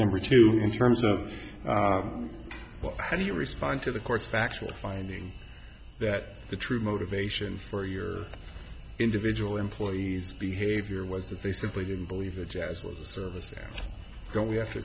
number two in terms of well how do you respond to the court's factual finding that the true motivation for your individual employees behavior was that they simply didn't believe that jazz was a service they're going to have to